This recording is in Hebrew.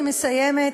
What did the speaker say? אני מסיימת,